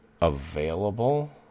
available